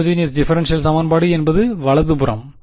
homogeneous differential சமன்பாடு என்பது வலது புறம்